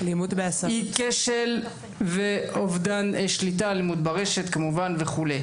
היא כשל ואובדן שליטה אלימות ברשת כמובן וכו'.